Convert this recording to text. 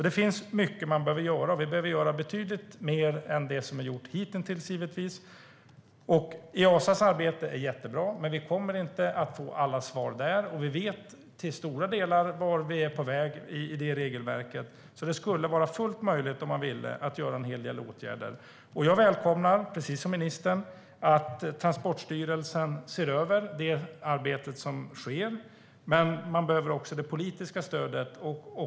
Det finns alltså mycket man behöver göra, och vi behöver givetvis göra betydligt mer än det som hitintills är gjort. Easas arbete är jättebra, men vi kommer inte att få alla svar där. Vi vet till stora delar vart vi är på väg med det regelverket, så om man ville skulle det vara möjligt att vidta en hel del åtgärder. Jag välkomnar, precis som ministern, att Transportstyrelsen ser över det arbete som sker. Men man behöver också det politiska stödet.